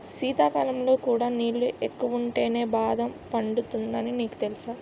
శీతాకాలంలో కూడా నీళ్ళు ఎక్కువుంటేనే బాదం పండుతుందని నీకు తెలుసా?